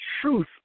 truth